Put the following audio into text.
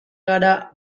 gara